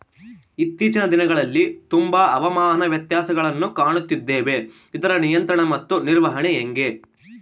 ಇತ್ತೇಚಿನ ದಿನಗಳಲ್ಲಿ ತುಂಬಾ ಹವಾಮಾನ ವ್ಯತ್ಯಾಸಗಳನ್ನು ಕಾಣುತ್ತಿದ್ದೇವೆ ಇದರ ನಿಯಂತ್ರಣ ಮತ್ತು ನಿರ್ವಹಣೆ ಹೆಂಗೆ?